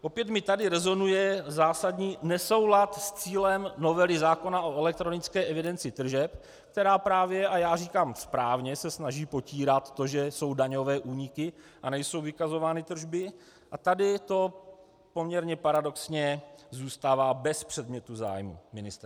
Opět mi tady rezonuje zásadní nesoulad s cílem novely zákona o elektronické evidenci tržeb, která právě a já říkám správně se snaží potírat to, že jsou daňové úniky a nejsou vykazovány tržby, a tady to poměrně paradoxně zůstává bez předmětu zájmu ministerstva.